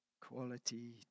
quality